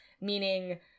meaning